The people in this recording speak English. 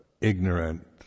ignorant